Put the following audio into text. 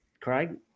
Craig